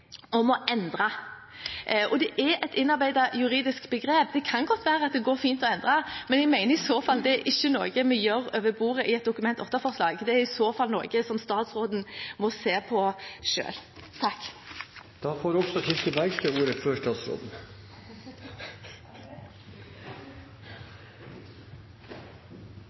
om å endre. Det er et innarbeidet juridisk begrep. Det kan godt være at det går fint å endre, men vi mener i så fall at det ikke er noe vi gjør over bordet i et Dokument 8-forslag. Det er i så fall noe statsråden må se på selv. Jeg vil starte med å takke forslagsstillerne, som har reist viktige forslag til